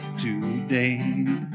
today